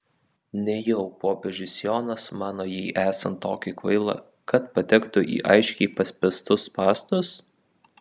nejau popiežius jonas mano jį esant tokį kvailą kad patektų į aiškiai paspęstus spąstus